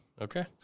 Okay